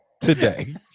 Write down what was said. today